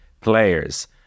players